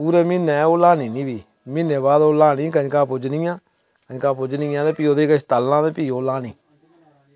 पूरे म्हीनै ओह् लाह्ना निं फ्ही म्हीनै दे बाद ओह् लाह्नी कंजकां पुज्जनियां कंजकां पुज्जनियां ते फ्ही ओह्दे च किश तलना ते फ्ही ओह् लाह्नी